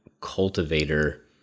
cultivator